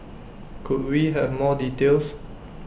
could we have more details